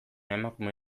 emakume